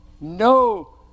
no